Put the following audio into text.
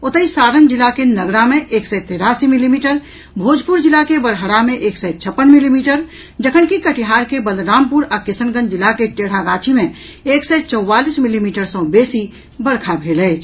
ओतहि सारण जिला के नगरा मे एक सय तेरासी मिलीमीटर भोजपुरा जिला के बड़हरा मे एक सय छप्पन मिलीमीटर जखनकि कटिहार के बलरामपुर आ किशनंगज जिला के टेढ़ागाछी मे एक सय चौवाली मिलीमीटर सँ बेसी वर्षा भेल अछि